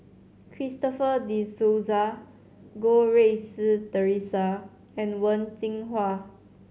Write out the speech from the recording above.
Christopher De Souza Goh Rui Si Theresa and Wen Jinhua